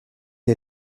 est